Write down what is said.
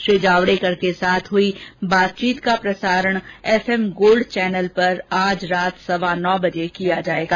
श्रीजावडेकर के साथ हुई बातचीत का प्रसारण एफएम गोल्ड पर आज रात सवा नौ बजे से किया जाएगा